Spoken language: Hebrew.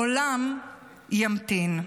העולם ימתין,